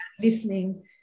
listening